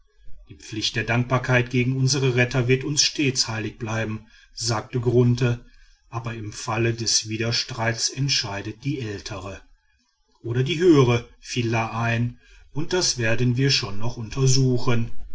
die pflicht der dankbarkeit gegen unsre retter wird mir stets heilig bleiben sagte grunthe aber im falle des widerstreits entscheidet die ältere oder die höhere fiel la ein und das werden wir schon noch untersuchen